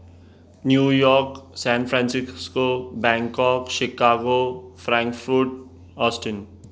जय झूलेलाल असां सभई अलॻि अलॻि मौसमु था ॾिसूं था जीअं गर्मी गर्मी में असांखे सभिनीनि खे हल्का कपिड़ा पाइणु घुरिजनि खपनि छो त गर्मी असांखे सॼो आलो थी करे छ्ॾे